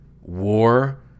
war